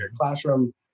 classroom